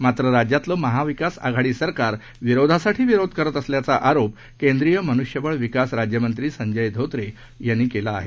मात्र राज्यातलंमहाविकासआघाडीसरकारविरोधासाठीविरोधकरतअसल्याचाआरोपर्केद्रीयमन्ष्य बळविकासराज्यमंत्रीसंजयधोत्रेयांनीकेलाआहे